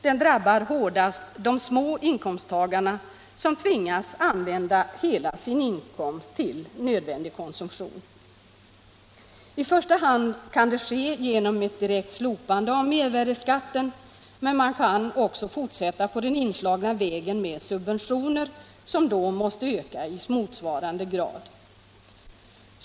Den drabbar hårdast de små inkomsttagarna, som tvingas använda hela sin inkomst till nödvändig konsumtion. I första hand kan man tänka sig ett direkt slopande av mervärdeskatten, men man kan också fortsätta på den inslagna vägen med subventioner, som då måste öka i motsvarande grad.